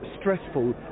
stressful